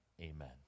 Amen